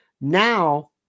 Now